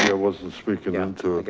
yeah wasn't speaking into